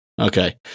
Okay